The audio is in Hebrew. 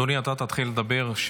אדוני, אתה תתחיל לדבר.